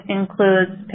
includes